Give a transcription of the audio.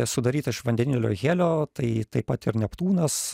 sudarytą iš vandenilio helio tai taip pat ir neptūnas